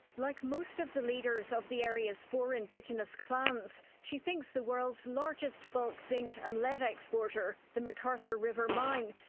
like most of the leaders of the area's four indigenous clans, she thinks the world's largest bulk zinc and lead exporter, the mcarthur river mine,